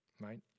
Right